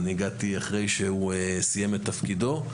אני הגעתי אחרי שהוא סיים את תפקידו.